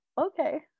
okay